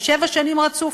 שבע שנים רצוף,